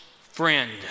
friend